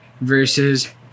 versus